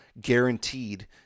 guaranteed